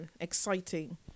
exciting